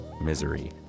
misery